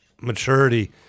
maturity